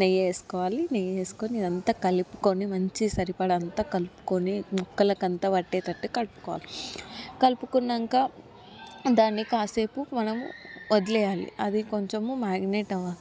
నెయ్యి వేస్కొవాలి నెయ్యి వేస్కోని ఇదంతా కలుపుకొని మంచి సరిపడా అంతా కలుపుకొని ముక్కలకంతా పట్టేటట్టు కలుపుకోవాలి కలుపుకున్నాకా దాన్ని కాసేపు మనం వదిలేయాలి అది కొంచము మ్యారినేట్ అవ్వా